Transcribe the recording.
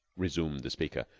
resumed the speaker,